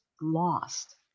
lost